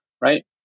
right